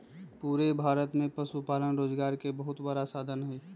पूरे भारत में पशुपालन रोजगार के बहुत बड़ा साधन हई